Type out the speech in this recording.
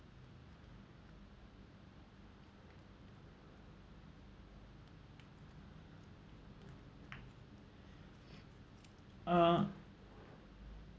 ah